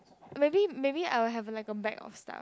maybe maybe I will have like a bag of stuff